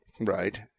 right